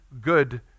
good